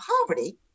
poverty